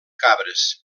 cabres